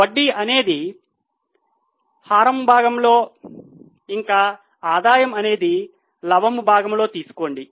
వడ్డీ అనేది హారము భాగంలో ఇంకా ఆదాయము అనేది లవము భాగములో తీసుకోండి